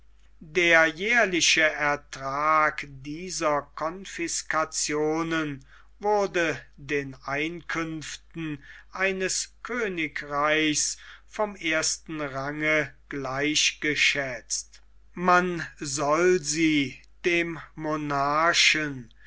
der jährliche ertrag dieser confiscationen wurde den einkünften eines königreichs vom ersten range gleich geschätzt man soll sie dem